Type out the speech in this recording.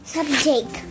Subject